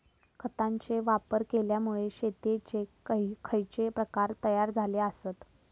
खतांचे वापर केल्यामुळे शेतीयेचे खैचे प्रकार तयार झाले आसत?